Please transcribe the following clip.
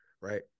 right